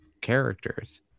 characters